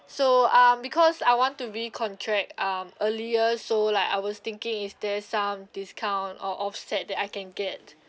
so um because I want to recontract um earlier so like I was thinking is there some discount or offset that I can get